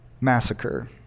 massacre